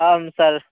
आं सर्